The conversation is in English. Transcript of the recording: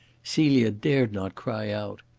celia dared not cry out.